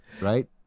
Right